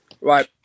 Right